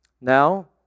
Now